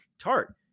Tart